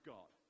God